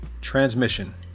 transmission